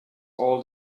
all